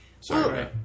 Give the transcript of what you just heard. Sorry